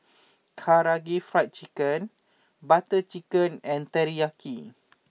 Karaage Fried Chicken Butter Chicken and Teriyaki